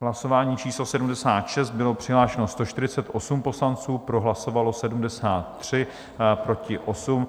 V hlasování číslo 76 bylo přihlášeno 148 poslanců, pro hlasovalo 73, proti 8.